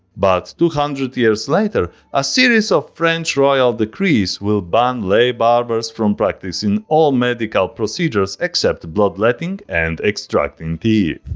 but two hundred years later a series of french royal decrees will ban lay barbers from practicing all medical procedures except bloodletting and extracting teeth.